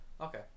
Okay